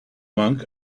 monk